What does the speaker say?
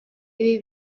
ibi